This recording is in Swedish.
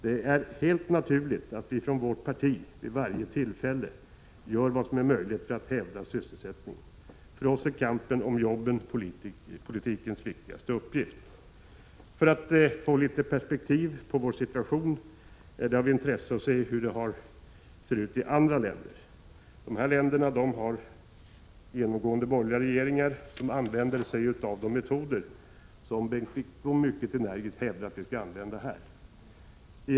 Det är helt naturligt att vi i vårt parti vid varje tillfälle gör vad som är möjligt för att hävda sysselsättningen. För oss är kampen om arbetena politikens viktigaste uppgift. För att få litet perspektiv på vår situation är det av intresse att granska hur det ser ut i vissa andra länder. De ifrågavarande länderna har borgerliga regeringar som använder sig av de metoder som Bengt Wittbom mycket energiskt hävdar bör användas här i Sverige.